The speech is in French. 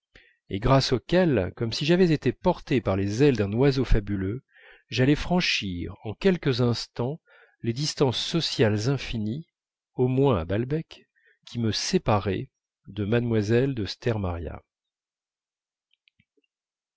et grâce auquel comme si j'avais été porté par les ailes d'un oiseau fabuleux j'allais franchir en quelques instants les distances sociales infinies au moins à balbec qui me séparaient de mlle de